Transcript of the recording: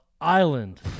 island